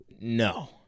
No